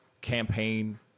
campaign